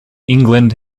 england